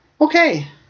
Okay